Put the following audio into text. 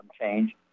change